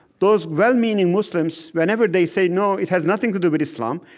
those well-meaning muslims, whenever they say, no, it has nothing to do with islam,